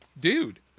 Dude